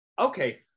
okay